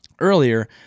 earlier